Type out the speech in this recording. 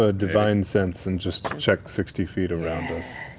ah divine sense and just check sixty feet around us?